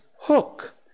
Hook